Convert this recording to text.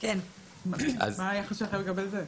מה היחס שלך לגבי זה?